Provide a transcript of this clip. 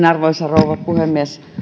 arvoisa rouva puhemies